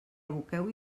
aboqueu